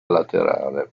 laterale